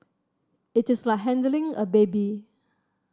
it is like handling a baby